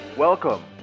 Welcome